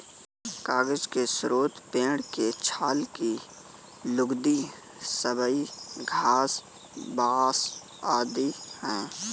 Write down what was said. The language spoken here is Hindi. कागज के स्रोत पेड़ के छाल की लुगदी, सबई घास, बाँस आदि हैं